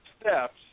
steps